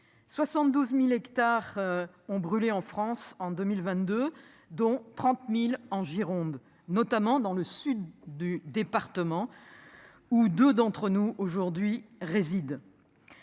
72.000 hectares ont brûlé en France en 2022, dont 30.000 en Gironde notamment dans le sud du département. Ou deux d'entre nous aujourd'hui réside.